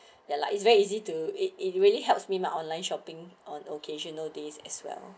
ya like it's very easy to it it really helps me my online shopping on occasional days as well